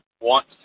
want